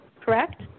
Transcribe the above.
correct